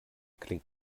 klingt